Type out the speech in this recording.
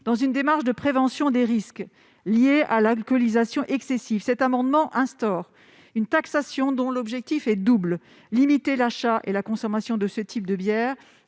Dans une démarche de prévention des risques liés à l'alcoolisation excessive, nous proposons, par cet amendement, d'instaurer une taxation dont l'objectif est double : limiter l'achat et la consommation de ce type de bière